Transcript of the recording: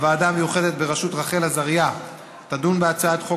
הוועדה המיוחדת בראשות רחל עזריה תדון בהצעת חוק